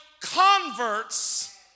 converts